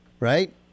Right